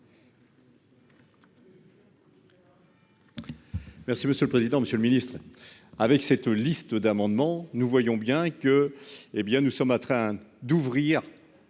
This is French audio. Merci monsieur le président, Monsieur le Ministre, avec cette liste d'amendements, nous voyons bien que, hé bien nous sommes train d'ouvrir.